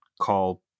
call